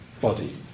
body